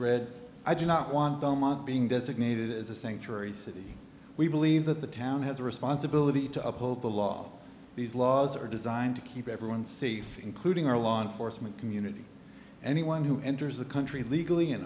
read i do not want belmont being designated as a sanctuary city we believe that the town has a responsibility to uphold the law these laws are designed to keep everyone safe including our law enforcement community anyone who enters the country illegally